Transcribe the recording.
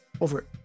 over